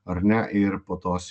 ar ne ir po tos